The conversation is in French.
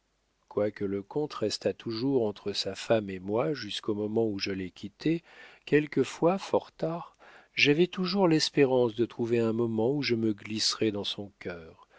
quoique le comte restât toujours entre sa femme et moi jusqu'au moment où je les quittais quelquefois fort tard j'avais toujours l'espérance de trouver un moment où je me glisserais dans son cœur